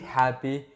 happy